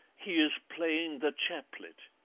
he is playing the chaplet.